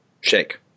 Shake